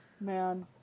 man